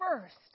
first